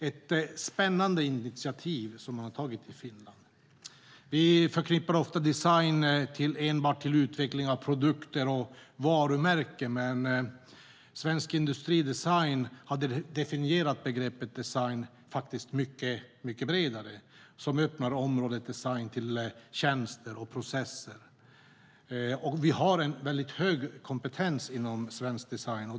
Det är ett spännande initiativ som man har tagit i Finland. Vi förknippar ofta design enbart med utveckling av produkter och varumärken, men Svensk Industridesign har definierat begreppet design mycket bredare. Det öppnar området design för tjänster och processer. Vi har en väldigt hög kompetens inom svensk design.